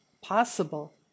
possible